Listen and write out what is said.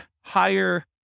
higher